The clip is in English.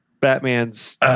Batman's